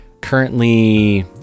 currently